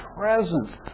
presence